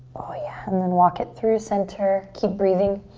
oh yeah and then walk it through center. keep breathing.